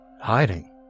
Hiding